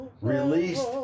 released